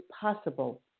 possible